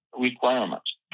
requirements